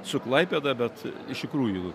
su klaipėda bet iš tikrųjų